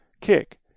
kick